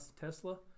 Tesla